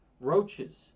roaches